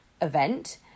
event